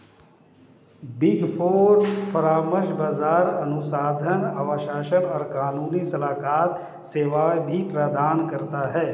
big four परामर्श, बाजार अनुसंधान, आश्वासन और कानूनी सलाहकार सेवाएं भी प्रदान करता है